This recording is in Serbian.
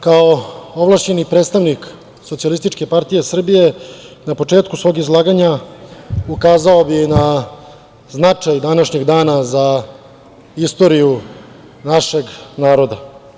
Kao ovlašćeni predstavnik SPS na početku svog izlaganja ukazao bih na značaj današnjeg dana za istoriju našeg naroda.